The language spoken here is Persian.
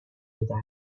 میدهد